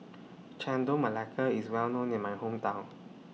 Chendol Melaka IS Well known in My Hometown